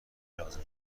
لازم